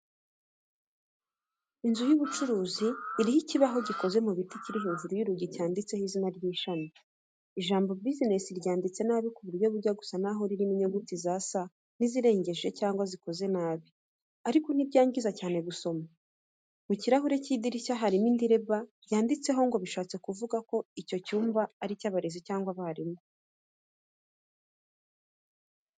Inzu y'ubucuruzi ikibaho gikoze mu biti kiri hejuru y’urugi cyanditseho izina ry’ishami. Ijambo business ryanditse nabi ku buryo bujya gusa naho ririmo inyuguti za "s" n'izirengeje cyangwa zikoze nabi, ariko ntibyangiza cyane gusoma. Mu kirahure cy’idirishya harimo indi label yanditseho ngo bishatse kuvuga ko icyo ni icyumba cy'abarezi cyangwa abarimu.